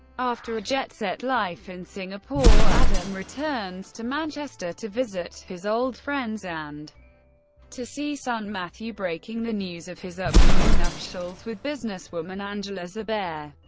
after a jet-set life in singapore, adam returns to manchester to visit his old friends and to see son matthew, breaking the news of his upcoming nuptials with businesswoman angela zubayr.